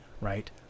right